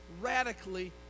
radically